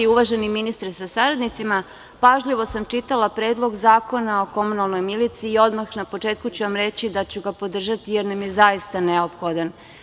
Uvaženi ministre sa saradnicima, pažljivo sam čitala Predlog zakona o komunalnoj miliciji i odmah na početku ću vam reći da ću ga podržati jer nam je zaista neophodan.